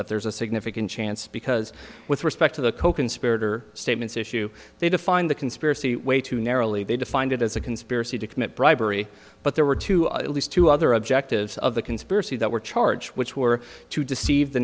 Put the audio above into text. that there's a significant chance because with respect to the coconspirator statements issue they defined the conspiracy way too narrowly they defined it as a conspiracy to commit bribery but there were two are at least two other objectives of the conspiracy that were charge which were to deceive the